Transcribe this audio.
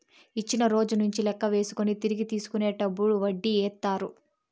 ఇచ్చిన రోజు నుంచి లెక్క వేసుకొని తిరిగి తీసుకునేటప్పుడు వడ్డీ ఏత్తారు